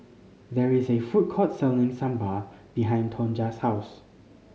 there is a food court selling Sambar behind Tonja's house